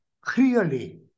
clearly